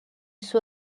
suo